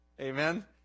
amen